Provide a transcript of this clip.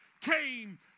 came